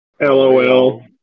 LOL